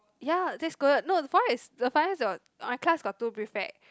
ya that's good no the problem is the problem is my class got two prefect